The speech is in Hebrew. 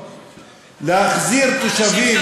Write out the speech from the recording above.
של בית-המשפט העליון להחזיר תושבים,